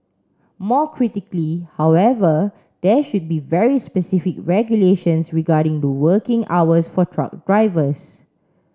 more critically however there should be very specific regulations regarding the working hours for truck drivers